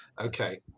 Okay